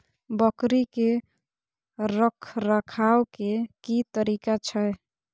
बकरी के रखरखाव के कि तरीका छै?